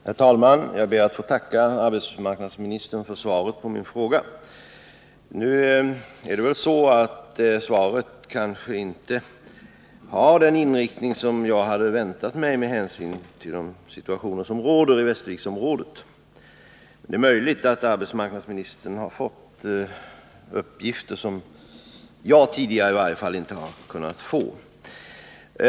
Herr talman! Jag ber att få tacka arbetsmarknadsministern för svaret på min fråga. Det kanske inte har den inriktning som jag hade väntat mig med anledning av den situation som råder inom Västerviksområdet. Det är möjligt att arbetsmarknadsministern har fått uppgifter som jag tidigare i varje fall inte har kunnat få.